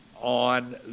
on